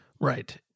Right